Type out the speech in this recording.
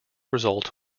result